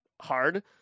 hard